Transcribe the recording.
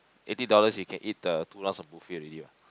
eighty dollars you can eat the two rounds of buffet already what